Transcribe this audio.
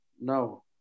No